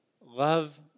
Love